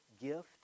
gift